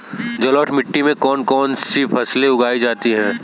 जलोढ़ मिट्टी में कौन कौन सी फसलें उगाई जाती हैं?